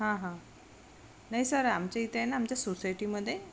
हां हां नाही सर आमच्या इथे ना आमच्या सोसायटीमध्ये